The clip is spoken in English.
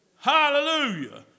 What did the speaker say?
Hallelujah